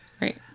Right